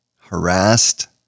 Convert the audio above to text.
harassed